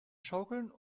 schaukeln